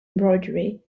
embroidery